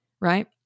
right